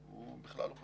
הוא בכלל לא פשוט.